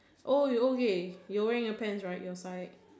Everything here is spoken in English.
oh okay you're wearing your pants right you're fired